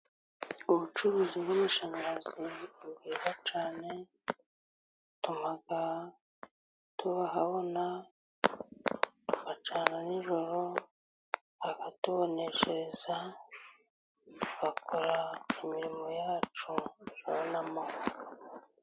Ubucuruzi bw'amashanyarazi ni bwiza cyane, butuma tuba ahabona, tugacana nijoro ukatuboneshereza, tugakora imirimo yacu tukabona amahoro.